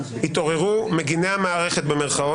התעוררו "מגיני המערכת",